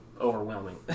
overwhelming